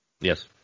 Yes